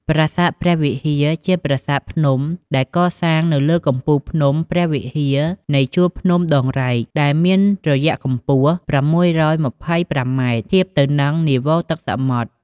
ប្រាសាទព្រះវិហារជាប្រាសាទភ្នំដែលកសាងនៅលើកំពូលភ្នំព្រះវិហារនៃជូរភ្នំដងរែក ដែលមានរយៈកម្ពស់ ៦២៥ម៉ែត្រ ធៀបទៅនិងនីវ៉ូទឹកសមុទ្រ។